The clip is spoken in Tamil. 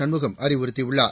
சண்முகம் அறிவுறுத்தியுள்ளார்